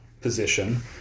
position